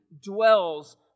dwells